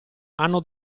hanno